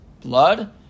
blood